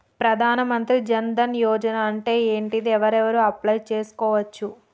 ప్రధాన మంత్రి జన్ ధన్ యోజన అంటే ఏంటిది? ఎవరెవరు అప్లయ్ చేస్కోవచ్చు?